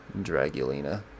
Dragulina